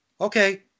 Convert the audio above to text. okay